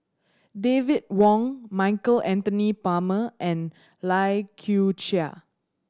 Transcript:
David Wong Michael Anthony Palmer and Lai Kew Chai